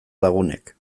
lagunek